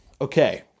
Okay